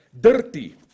dirty